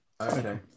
Okay